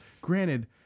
granted